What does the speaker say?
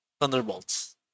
Thunderbolts